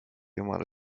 jumala